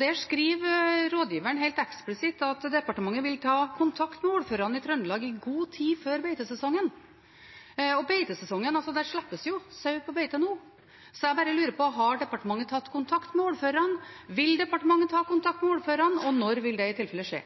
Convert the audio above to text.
Der skriver rådgiveren helt eksplisitt at departementet vil ta kontakt med ordførerne i Trøndelag i god tid før beitesesongen. Det slippes jo sau ut på beite nå. Så jeg bare lurer på om departementet har tatt kontakt med ordførerne. Vil departementet ta kontakt med ordførerne, og når vil det i tilfelle